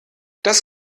das